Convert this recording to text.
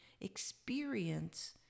experience